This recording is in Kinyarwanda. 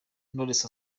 knowless